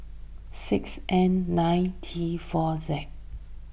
six N nine T four Z